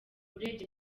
urebye